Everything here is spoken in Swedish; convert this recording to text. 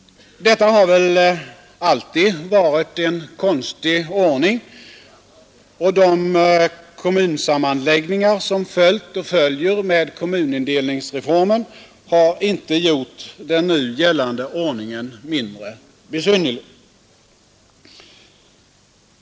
Detta har väl alltid varit en konstig ordning, och de kommunsammanläggningar som följt och följer av kommunindelningsreformen har inte gjort den nu gällande ordningen mindre besynnerlig.